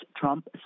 Trump